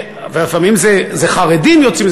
ולפעמים זה חרדים יוצאים,